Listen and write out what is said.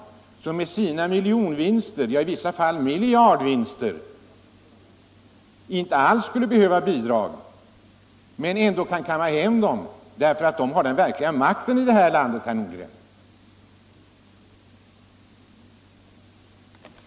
Dessa skulle med sina miljonvinster, i vissa fall miljardvinster, inte alls behöva bidrag men ändå kan de kamma hem dem därför att de har den verkliga makten i det här landet, herr Nordgren.